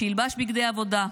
שילבש בגדי עבודה,